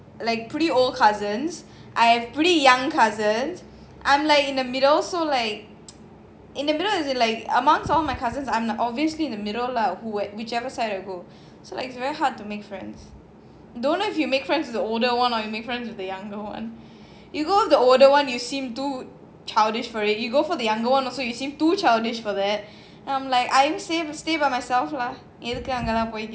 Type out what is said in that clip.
pretty old cousins I have pretty young cousins I'm like in the middle so like in the middle as in like amongst all my cousins I'm obviously in the middle lah who at whichever side I go so like it's very hard to make friends don't know if to make friends with the older one or you make friends with the younger one you got the older one you seem too childish for it you go for the younger one also you seem too childish for that I'm like I'm I will stay by myself lah இருக்காங்களா:irukangala